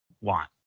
want